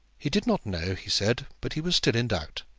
he did not know, he said, but he was still in doubt.